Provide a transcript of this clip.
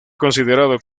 considerado